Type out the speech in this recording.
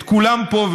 את כולם פה,